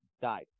died